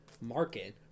market